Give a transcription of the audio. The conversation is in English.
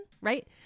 right